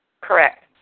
Correct